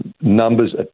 numbers